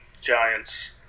Giants